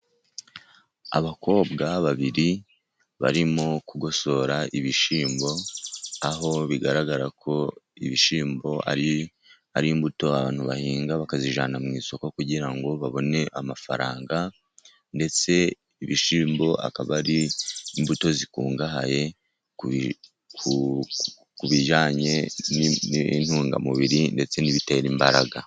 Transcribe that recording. Abakobwa babiri barimo kugosora ibishyimbo, aho bigaragara ko ibishyimbo ari imbuto abantu bahinga bakazijyana mu isoko kugira ngo babone amafaranga, ndetse ibishyimbo akaba ari imbuto zikungahaye ku bijyanye n'intungamubiri ndetse n'ibitera imbaraga.